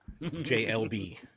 JLB